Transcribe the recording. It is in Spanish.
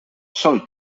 sol